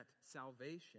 salvation